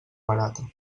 barata